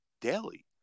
daily